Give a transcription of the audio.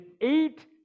eight